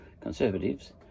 conservatives